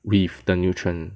with the nutrient